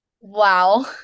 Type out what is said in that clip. Wow